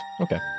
Okay